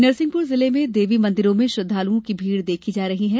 नरसिंहपुर जिले में देवी मंदिरों में श्रद्वालुओं की भीड़ देखी जा रही है